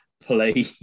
play